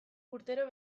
urtero